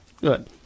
Good